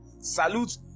salute